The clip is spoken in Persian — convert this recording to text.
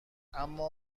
اما